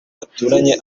baturanye